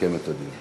לסכם את הדיון.